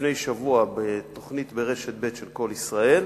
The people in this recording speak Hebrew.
לפני שבוע בתוכנית ברשת ב' של "קול ישראל",